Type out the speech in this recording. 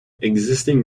existing